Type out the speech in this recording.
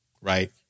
Right